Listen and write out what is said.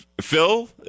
Phil